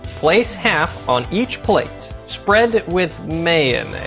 place half on each plate. spread with mayonnaise.